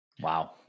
wow